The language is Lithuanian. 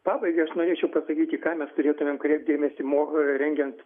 pabaigai aš norėčiau pasakyti į ką mes turėtumėm kreipti dėmesį mo rengiant